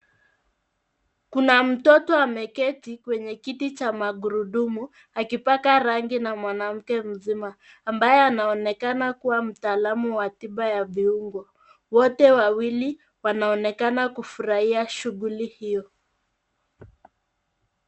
Kuna mtoto ameketi kwenye kiti cha magurudumu akipaka rangi na mwanamke mzima, ambaye anaonekana kuwa mtaalamu wa tiba ya viungo. Wote wawili wanaonekana kufurahia shughuli hio.